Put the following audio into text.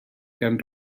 gan